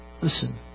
Listen